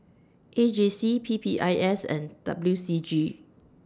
A J C P P I S and W C G